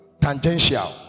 Tangential